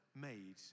made